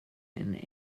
and